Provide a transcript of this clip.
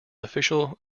official